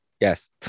Yes